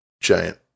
giant